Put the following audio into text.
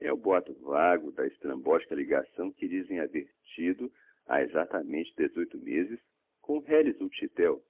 é o boato vago da estrambotica ligação que dizem haver tido ha exactamente dezoito mêses com um réles utchitel